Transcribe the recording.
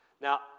Now